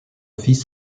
fils